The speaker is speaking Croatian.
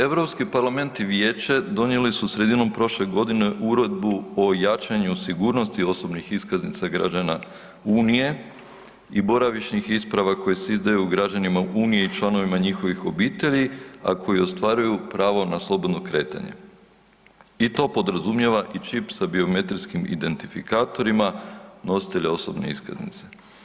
Europski parlament i Vijeće donijeli su sredinom prošle godine Uredbu o jačanju sigurnosti osobnih iskaznica građana Unije i boravišnih isprava koje se izdaju građanima Unije i članovima njihovih obitelji, a koji ostvaruju pravo na slobodno kretanje i to podrazumijeva i čip sa biometrijskim identifikatorima nositelja osobne iskaznice.